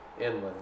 inland